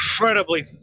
incredibly